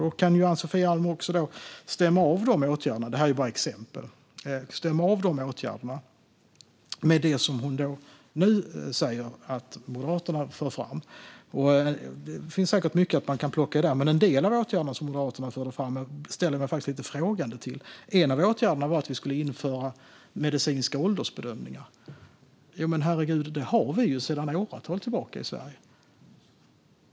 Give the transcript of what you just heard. Då kan Ann-Sofie Alm stämma av åtgärderna - det här är bara exempel - med de åtgärder som hon nu säger att Moderaterna för fram. Det finns säkert mycket som man kan plocka upp där, men en del av de åtgärder som Moderaterna förde fram ställer jag mig faktiskt lite frågande till. En av åtgärderna var att vi skulle införa medicinska åldersbedömningar. Men, herregud, det har vi ju sedan åratal tillbaka i Sverige.